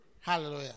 Hallelujah